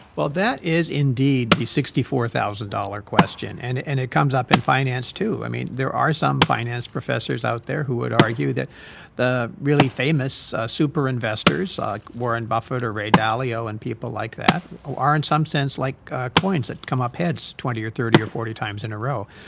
well, that is, indeed, the sixty four thousand dollars question. and it and it comes up in finance, too. i mean, there are some finance professors out there who would argue that really famous superinvestors, like warren buffett or ray dalio and people like that, ah are, in some sense, like coins that come up heads twenty or thirty or forty times in a row.